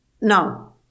No